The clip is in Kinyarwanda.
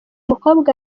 mukobwa